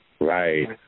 Right